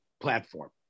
platform